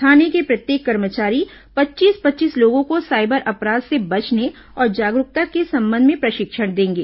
थाने के प्रत्येक कर्मचारी पच्चीस पच्चीस लोगों को साइबर अपराध से बचने और जागरूकता के संबंध में प्रशिक्षण देंगे